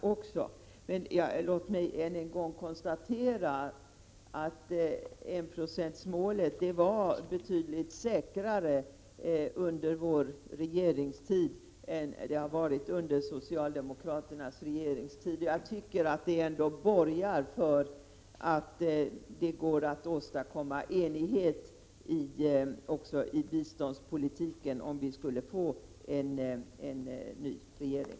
Låt mig än en gång konstatera att enprocentsmålet var betydligt säkrare under vår regeringstid än det har varit under socialdemokraternas regeringstid. Jag tycker att det borgar för att det går att åstadkomma enighet också i biståndspolitiken, om vi skulle få en ny regering.